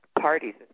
parties